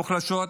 מוחלשות,